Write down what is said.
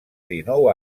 dinou